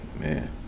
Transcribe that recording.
man